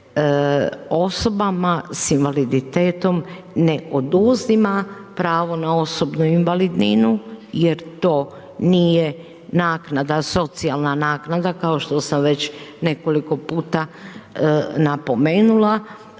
osobama sa invaliditetom ne oduzima pravo na osobnu invalidninu jer to nije naknada, socijalna naknada kao što sam već nekoliko puta napomenula,